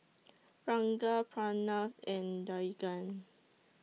Ranga Pranav and Dhyan